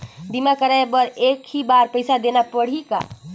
बीमा कराय बर एक ही बार पईसा देना पड़ही का?